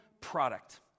product